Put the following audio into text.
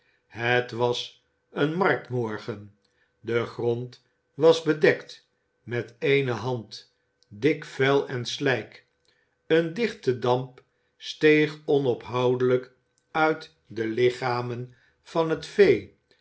het was een marktmorgen de grond was bedekt met eene hand dik vuil en slijk eene dichte damp steeg onophoudelijk uit de lichamen van het vee